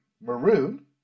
Maroon